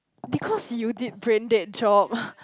because you did brain dead job